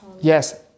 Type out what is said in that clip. Yes